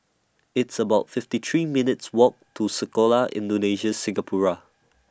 It's about fifty three minutes' Walk to Sekolah Indonesia Singapura